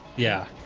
yeah